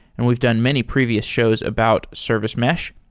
and we've done many previous shows about service mesh.